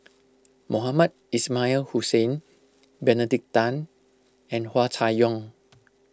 Mohamed Ismail Hussain Benedict Tan and Hua Chai Yong